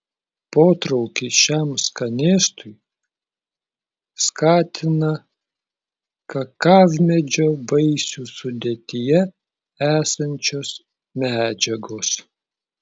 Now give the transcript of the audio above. potraukį šiam skanėstui skatina kakavmedžio vaisių sudėtyje esančios medžiagos